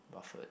Buffet